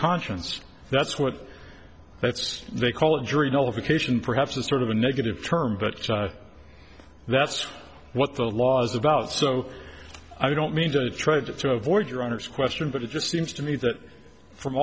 conscience that's what it's they call a jury nullification perhaps it's sort of a negative term but that's what the laws about so i don't mean to try to avoid your honour's question but it just seems to me that from